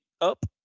up